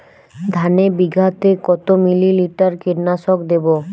ধানে বিঘাতে কত মিলি লিটার কীটনাশক দেবো?